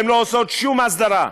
הן לא עושות שום הסדרה.